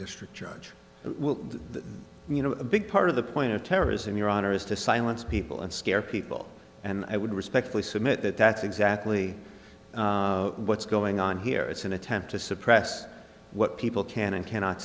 district judge will you know a big part of the point of terrorism your honor is to silence people and scare people and i would respectfully submit that that's exactly what's going on here it's an attempt to suppress what people can and cannot